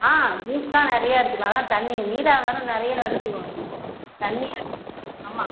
ஆ juice தான் நிறையா எடுத்துக்கலாம் அதான் தண்ணி நீர் ஆகாரம் நிறையா எடுத்துக்கோங்க தண்ணி அதிகமாக ஆமாம்